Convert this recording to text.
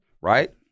Right